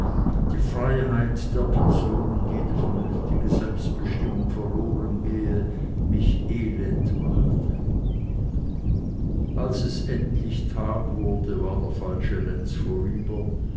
die freiheit der person und jede vernünftige selbstbestimmung verlorengehe mich elend machte als es endlich tag wurde war der falsche lenz vorüber